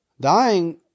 dying